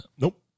Nope